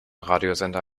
radiosender